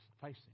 facing